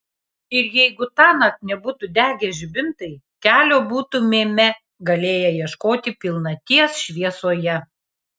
ir jeigu tąnakt nebūtų degę žibintai kelio būtumėme galėję ieškoti pilnaties šviesoje